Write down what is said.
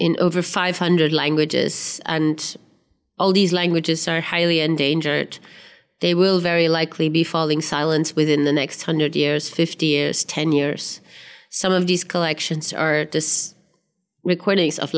in over five hundred languages and all these languages are highly endangered they will very likely be falling silence within the next one hundred years fifty years ten years some of these collections are this recordings of